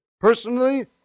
Personally